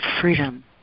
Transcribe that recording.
freedom